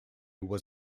was